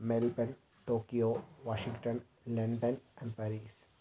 Melbourne Tokyo Washington London and Paris